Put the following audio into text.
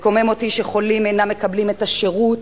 מקומם אותי שחולים אינם מקבלים את השירות,